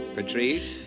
Patrice